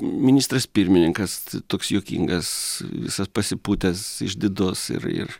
ministras pirmininkas t toks juokingas visas pasipūtęs išdidus ir ir